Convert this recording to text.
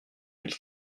mille